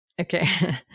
Okay